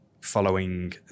following